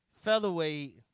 featherweight